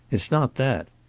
it's not that.